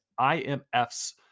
IMF's